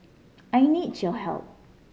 I need your help